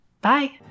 Bye